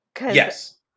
Yes